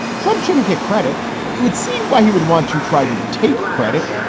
trump shouldn't get credit, but you would see why he would want to try to take credit.